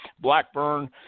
Blackburn